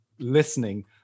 listening